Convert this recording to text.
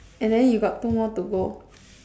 and then you got two more to go